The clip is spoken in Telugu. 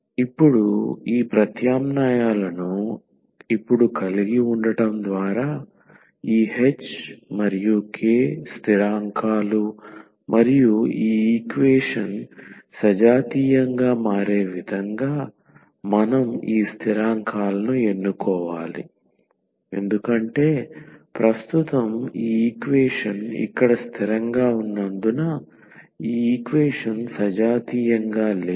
ఇప్పుడు ఈ ప్రత్యామ్నాయాలను ఇప్పుడు కలిగి ఉండటం ద్వారా ఈ h మరియు k స్థిరాంకాలు మరియు ఈ ఈక్వేషన్ సజాతీయంగా మారే విధంగా మనం ఈ స్థిరాంకాలను ఎన్నుకోవాలి ఎందుకంటే ప్రస్తుతం ఈ ఈక్వేషన్ ఇక్కడ స్థిరంగా ఉన్నందున ఈ ఈక్వేషన్ సజాతీయంగా లేదు